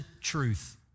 truth